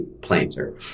planter